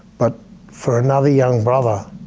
but for another young brother